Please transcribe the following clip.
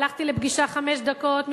הלכתי לפגישה חמש דקות,